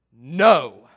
no